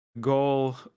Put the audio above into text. goal